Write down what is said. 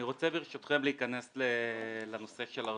אני רוצה, ברשותכם, להיכנס לנושא של "הר-טוב".